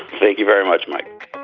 thank you very much, mike